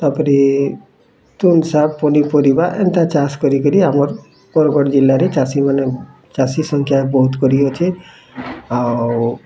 ତାପରେ ତୁନ୍ ଶାଗ୍ ପନିପରିବା ଏନ୍ତା ଚାଷ୍ କରି କରି ଆମର୍ ବରଗଡ଼୍ ଜିଲ୍ଲାରେ ଚାଷୀମାନେ ଚାଷୀ ସଂଖ୍ୟା ବହୁତ୍ କରି ଅଛେଁ ଆଉ